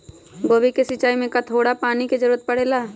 गोभी के सिचाई में का थोड़ा थोड़ा पानी के जरूरत परे ला?